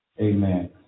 Amen